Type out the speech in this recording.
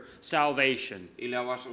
salvation